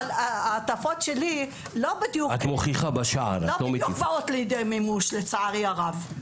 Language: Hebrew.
אבל ההטפות שלי לא בדיוק באות לידי מימוש לצערי הרב.